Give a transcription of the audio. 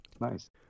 nice